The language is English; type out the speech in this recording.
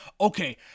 okay